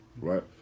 Right